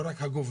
לא רק הגובלות